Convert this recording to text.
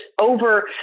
over